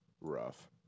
Rough